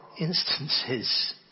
instances